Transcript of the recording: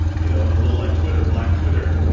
you know, a little like twitter. black twitter,